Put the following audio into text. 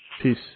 Peace